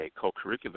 co-curricular